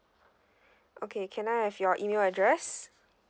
okay can I have your email address